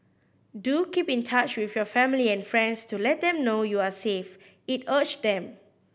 do keep in touch with your family and friends to let them know you are safe it urged them